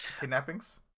kidnappings